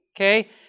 okay